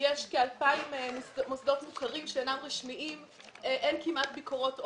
יש כ-2,000 מוסדות מוכרים שאינם רשמיים ואין כמעט ביקורות עומק.